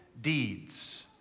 deeds